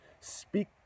speak